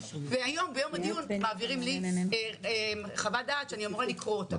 היום ביום הדיון העבירו לי חוות דעת שאני אמורה לקרוא אותה.